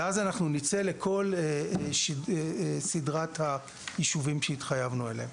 ואז אנחנו נצא לכל סדרת היישובים שהתחייבנו עליהם.